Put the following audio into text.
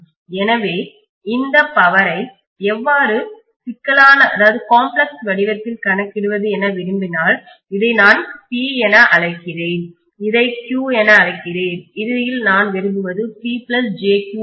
எனவே இந்த பவரை எவ்வாறு சிக்கலானகாம்ப்ளக்ஸ் வடிவத்தில் கணக்கிடுவது என விரும்பினால் இதை நான் P என அழைக்கிறேன் இதை Q என அழைக்கிறேன் இறுதியில் நான் விரும்புவது P jQ ஆகும்